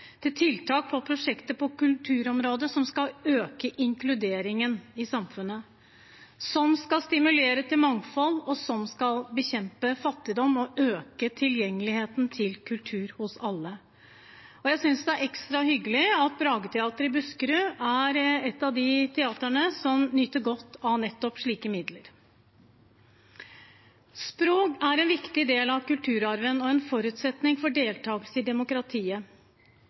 til tiltak og prosjekter på kulturområdet som skal øke inkluderingen i samfunnet, som skal stimulere til mangfold, og som skal bekjempe fattigdom og øke tilgjengeligheten til kultur for alle. Jeg synes det er ekstra hyggelig at Brageteatret i Buskerud er et av de teatrene som nyter godt av nettopp slike midler. Språk er en viktig del av kulturarven og en forutsetning for deltakelse i demokratiet.